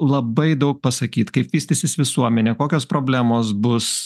labai daug pasakyt kaip vystysis visuomenė kokios problemos bus